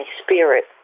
spirit